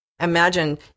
imagine